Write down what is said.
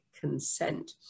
consent